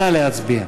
נא להצביע.